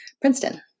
Princeton